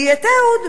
כי את אהוד,